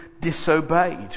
disobeyed